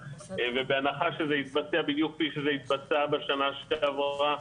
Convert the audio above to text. ובהנחה שזה יתבצע בדיוק כפי שזה יתבצע בשנה שעברה,